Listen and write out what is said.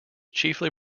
chiefly